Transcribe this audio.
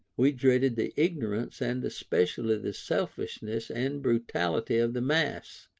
we dreaded the ignorance and especially the selfishness and brutality of the mass